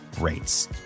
rates